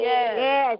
Yes